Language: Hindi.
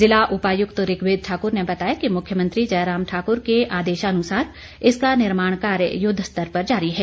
जिला उपायुक्त ऋग्वेद ठाकुर ने बताया कि मुख्यमंत्री जयराम ठाकुर के आदेशानुसार इसका निर्माण कार्य युद्ध स्तर पर जारी है